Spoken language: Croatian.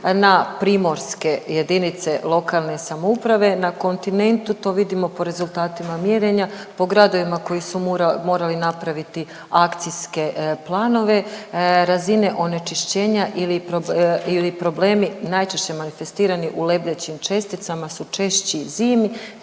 na primorske jedinice lokalne samouprave na kontinentu. To vidimo po rezultatima mjerenja, po gradovima koji su morali napraviti akcijske planove, razine onečišćenja ili problemi najčešće manifestirani u lebdećim česticama su češći zimi.